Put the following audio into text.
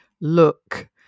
look